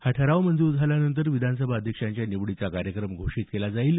हा ठराव मंजूर झाल्यानंतर विधानसभा अध्यक्षाच्या निवडीचा कार्यक्रम घोषित केला जाईल